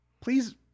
Please